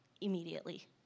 immediately